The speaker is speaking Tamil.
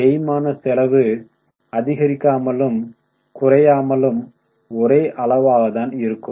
தேய்மான செலவு அதிகரிக்காமலும் குறையாமலும் ஒரே அளவாகத்தான் இருக்கும்